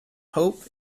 hope